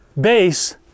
base